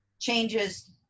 changes